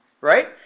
right